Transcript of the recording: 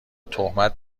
تهمت